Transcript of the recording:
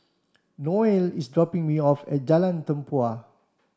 Noel is dropping me off at Jalan Tempua